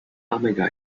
omega